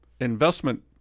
investment